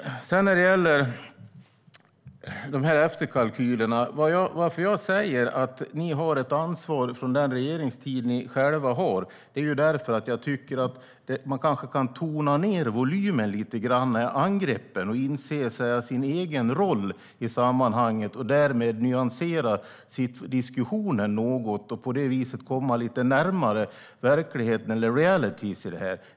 När det gäller efterkalkylerna anser jag att ni har ett ansvar från er regeringstid. Jag tycker därför att man kanske kan tona ned volymen i angreppen lite grann, inse sin egen roll i sammanhanget och därmed nyansera diskussionen något och på det viset komma lite närmare verkligheten, the realities, i det här.